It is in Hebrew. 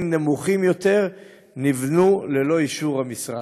נמוכים יותר נבנו ללא אישור המשרד.